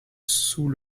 sous